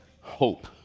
hope